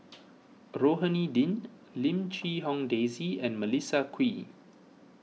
Rohani Din Lim Quee Hong Daisy and Melissa Kwee